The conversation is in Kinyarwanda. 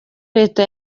leta